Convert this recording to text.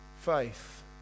faith